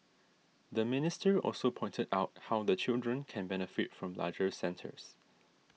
the minister also pointed out how the children can benefit from larger centres